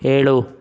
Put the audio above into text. ಹೇಳು